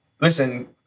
listen